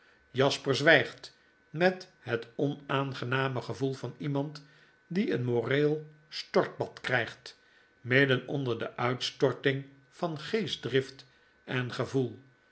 jasper zwygt met het onaangename gevoel van iemand die een moreel stortbad krygt midden onder de uitstortlng van geestdrift en gevoel